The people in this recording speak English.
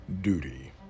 duty